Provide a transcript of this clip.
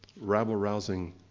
rabble-rousing